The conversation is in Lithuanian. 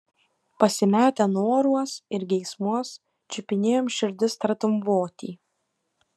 pasimetę noruos ir geismuos čiupinėjom širdis tartum votį